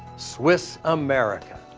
swiss america.